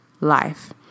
life